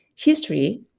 History